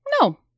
No